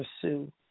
pursue